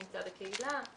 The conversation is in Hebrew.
נמצא בקהילה,